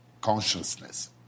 Consciousness